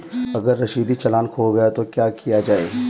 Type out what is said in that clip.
अगर रसीदी चालान खो गया तो क्या किया जाए?